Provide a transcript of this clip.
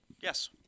Yes